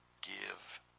Give